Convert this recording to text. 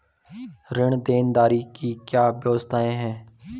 ऋण देनदारी की क्या क्या व्यवस्थाएँ हैं?